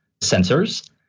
sensors